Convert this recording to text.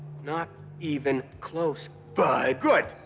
not even close, bud. good.